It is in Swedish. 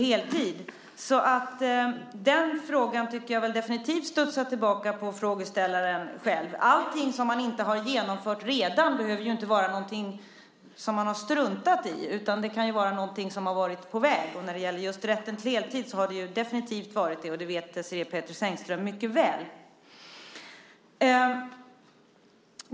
Den frågan tycker jag definitivt studsar tillbaka på frågeställaren själv. Det man inte har genomfört behöver inte vara någonting som man har struntat i, utan det kan ju vara något som har varit på väg. När det gäller just rätten till heltid har det definitivt varit det, och det vet Désirée Pethrus Engström mycket väl.